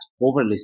overly